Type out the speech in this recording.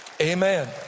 Amen